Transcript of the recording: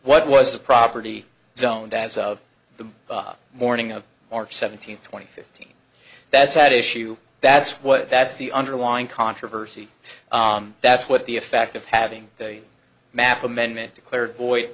what was a property zoned as of the morning of march seventeenth twenty fifth that's at issue that's what that's the underlying controversy that's what the effect of having the map amendment declared void